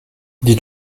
dit